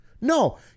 No